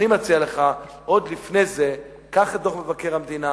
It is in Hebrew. אני מציע לך עוד לפני זה, קח את דוח מבקר המדינה,